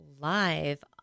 live